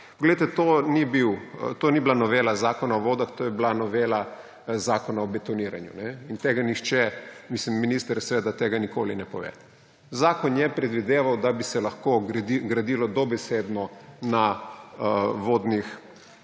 to ni bila novela Zakona o vodah, to je bila novela zakona o betoniranju. In tega nihče ‒ mislim, minister seveda tega nikoli ne pove. Zakon je predvideval, da bi se lahko gradilo dobesedno na vodnih